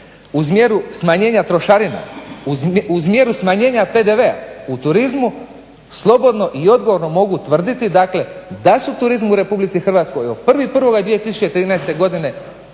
uz mjeru smanjenja trošarina, uz mjeru smanjenja PDV-a u turizmu slobodno i odgovorno mogu tvrditi dakle da su u turizmu u RH od 1.01.2013. godine